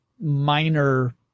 minor